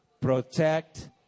protect